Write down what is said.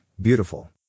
beautiful